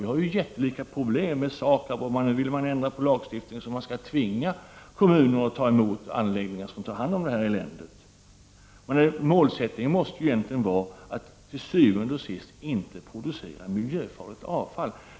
Vi har ju jättelika problem med SAKAB. Man vill nu ändra lagstiftningen så att vi kan tvinga kommuner att ha anläggningar som kan ta hand om eländet. Målsättningen måste egentligen vara att til syvende og sidst inte producera miljöfarligt avfall.